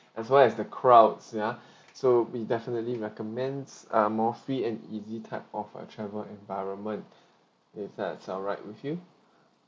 as well as the crowd sia so we definitely recommends uh more free and easy type of a travel environment is that alright with you